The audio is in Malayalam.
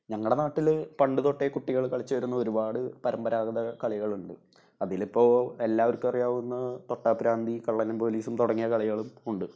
ഞങ്ങളുടെ നാട്ടില് പണ്ടുതൊട്ടേ കുട്ടികൾ കളിച്ചിരുന്ന ഒരുപാട് പരമ്പരാഗത കളികളുണ്ട് അതിലിപ്പോള് എല്ലാവര്ക്കും അറിയാവുന്ന തൊട്ടാ പ്രാന്തി കള്ളനും പോലീസും തുടങ്ങിയ കളികളും ഉണ്ട്